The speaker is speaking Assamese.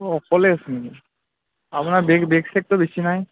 অঁ অকলে আছে নেকি আপোনাৰ বেগ বেগ চেগটো বেছি নাই